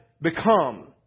become